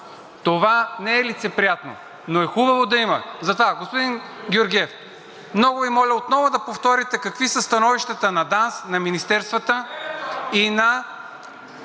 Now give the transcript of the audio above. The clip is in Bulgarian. това не е лицеприятно, но е хубаво да има. Затова, господин Георгиев, много Ви моля отново да повторите какви са становищата на ДАНС, на министерствата и на